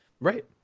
Right